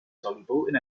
soluble